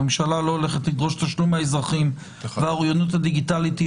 הממשלה לא הולכת לדרוש תשלום מהאזרחים והאוריינות הדיגיטלית היא